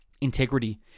Integrity